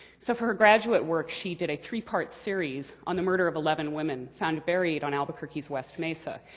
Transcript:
so for her graduate work, she did a three-part series on the murder of eleven women, found buried on albuquerque's west mesa.